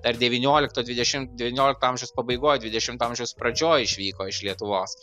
dar devyniolikto dvidešim devyniolikto amžiaus pabaigoj dvidešimto amžiaus pradžioj išvyko iš lietuvos